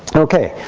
ok,